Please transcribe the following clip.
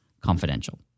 Confidential